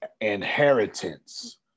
inheritance